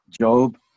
Job